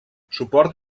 suport